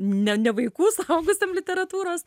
ne ne vaikų suaugusiam literatūros